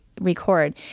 record